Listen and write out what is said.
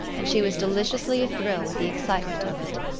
and she was deliciously athrill with the excitement of it.